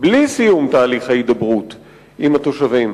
בלי סיום תהליך ההידברות עם התושבים.